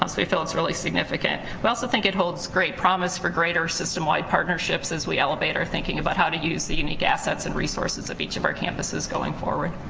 ah we feel it's really significant. we but also think it holds great promise for greater system wide partnerships, as we elevate our thinking about how to use the unique assets and resources of each of our campuses going forward.